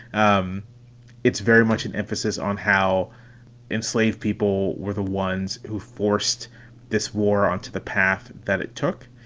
um it's very much an emphasis on how enslaved people were, the ones who forced this war onto the path that it took.